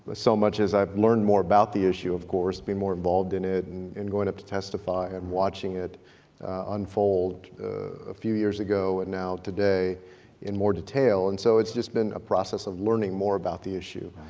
ah so much as i've learned more about the issue, of course, been more involved in it and going up to testify and watching it unfold a few years ago, and now today in more detail. and so it's just been a process of learning more about the issue.